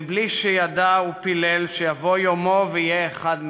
בלי שידע ופילל שיבוא יומו ויהיה אחד מהם.